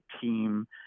team